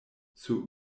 sur